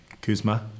Kuzma